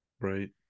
Right